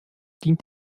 dient